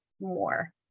more